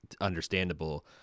understandable